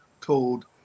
told